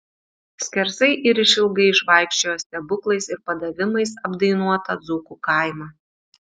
skersai ir išilgai išvaikščiojo stebuklais ir padavimais apdainuotą dzūkų kaimą